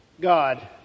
God